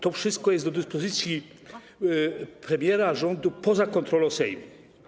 To wszystko jest do dyspozycji premiera i rządu, poza kontrolą Sejmu.